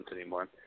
anymore